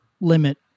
limit